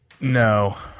No